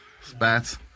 Spats